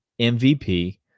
MVP